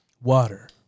Water